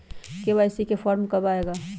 KYC form कब आए गा?